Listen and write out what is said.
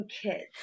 kids